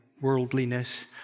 worldliness